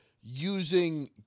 using